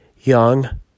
young